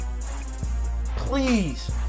please